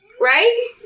Right